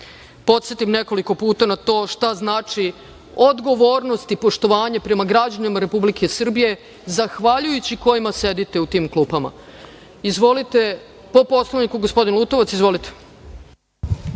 podsetim nekoliko puta na to šta znači odgovornost i poštovanje prema građanima Republike Srbije zahvaljujući kojima sedite u tim klupama. Po Poslovniku, gospodin Lutovac. Izvolite.